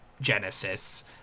genesis